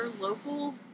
local